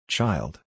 Child